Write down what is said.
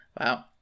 Wow